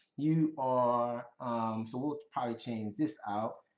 you are, so we'll probably change this out,